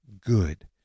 good